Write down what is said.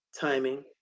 Timing